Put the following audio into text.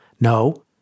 No